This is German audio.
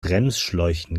bremsschläuchen